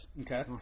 Okay